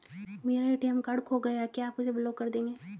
मेरा ATM card खो गया है क्या आप उसे ब्लॉक कर देंगे?